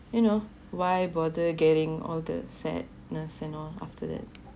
you know why bother getting all the sadness and all after that